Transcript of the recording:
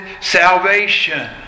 salvation